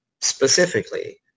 specifically